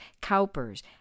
Cowper's